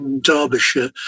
Derbyshire